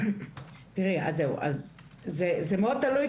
זה מאוד תלוי,